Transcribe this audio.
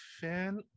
fan